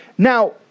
Now